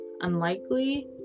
unlikely